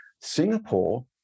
Singapore